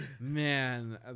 Man